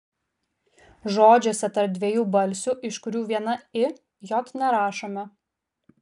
žodžiuose tarp dviejų balsių iš kurių viena i j nerašome